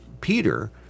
Peter